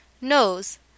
Nose